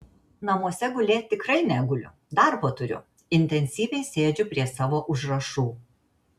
namuose gulėt tikrai neguliu darbo turiu intensyviai sėdžiu prie savo užrašų